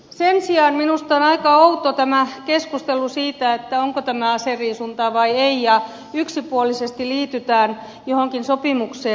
sen sijaan minusta on aika outo tämä keskustelu siitä onko tämä aseriisuntaa vai ei ja että yksipuolisesti liitytään johonkin sopimukseen